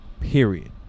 period